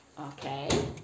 Okay